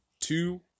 two